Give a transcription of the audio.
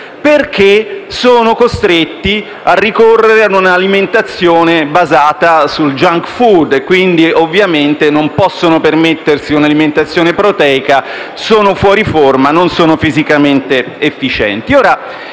perché costretti a ricorrere ad un'alimentazione basata sul *junk food* e, quindi, ovviamente non potendosi permettere un'alimentazione proteica, fuori forma e non fisicamente efficienti.